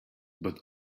but